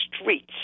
streets